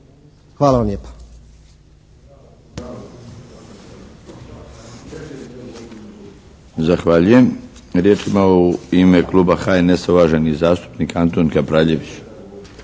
Hvala vam lijepo.